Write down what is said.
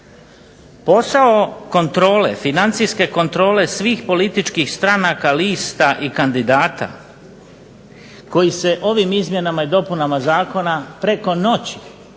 Posao financijske kontrole svih političkih stranaka, lista i kandidata koji se ovim izmjenama i dopunama zakona preko noći